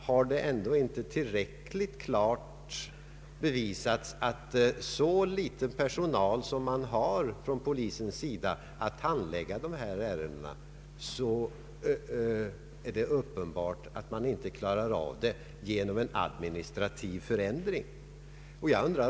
Har det ändå inte tillräckligt klart bevisats att det är uppenbart att polisen har så liten personal att handlägga dessa ärenden att den inte kan klara det enbart genom en administrativ förändring?